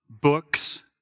books